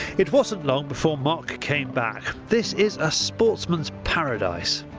it wasn't long before mark came back. this is a sportsman's paradise.